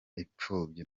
impfubyi